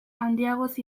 handiagoz